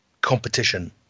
competition